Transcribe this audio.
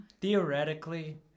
Theoretically